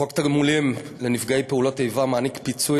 חוק התגמולים לנפגעי פעולות איבה מעניק פיצוי